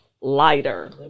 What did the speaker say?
lighter